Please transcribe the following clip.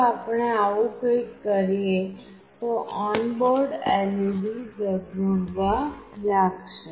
જો આપણે આવું કંઈક કરીએ તો ઓન બોર્ડ LED ઝગમગવા લાગશે